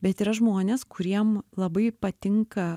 bet yra žmonės kuriem labai patinka